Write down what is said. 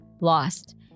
lost